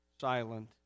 silent